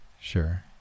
sure